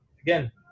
again